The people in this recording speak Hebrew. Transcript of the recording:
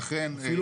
איפה אתם חיים?